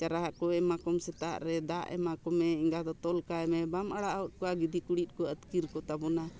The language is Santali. ᱪᱟᱨᱟ ᱠᱚ ᱮᱢᱟ ᱠᱚᱢ ᱥᱮᱛᱟᱜ ᱨᱮ ᱫᱟᱜ ᱮᱢᱟ ᱠᱚᱢᱮ ᱮᱸᱜᱟ ᱫᱚ ᱛᱚᱞ ᱠᱟᱭᱢᱮ ᱵᱟᱢ ᱟᱲᱟᱜ ᱦᱚᱫ ᱠᱚᱣᱟ ᱜᱤᱫᱤ ᱠᱩᱲᱤᱫ ᱠᱚ ᱟᱹᱛᱠᱤᱨ ᱠᱚᱛᱟᱵᱚᱱᱟ